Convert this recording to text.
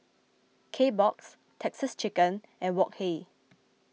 Kbox Texas Chicken and Wok Hey